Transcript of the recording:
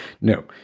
No